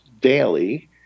daily